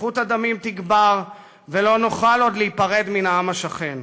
שפיכות הדמים תגבר ולא נוכל עוד להיפרד מן העם השכן.